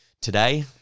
today